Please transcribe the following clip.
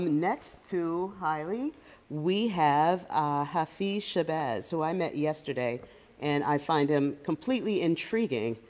next to haile we have hafiz shabazz who i met yesterday and i find him completely intriguing.